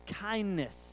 kindness